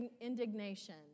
indignation